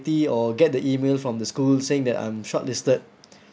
or get the email from the school saying that I'm shortlisted